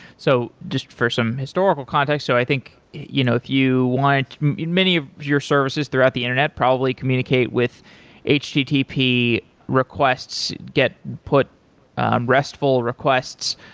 so just for some historical context. so i think you know if you want many of your services throughout the internet probably communicate with http requests, get put um restful requests,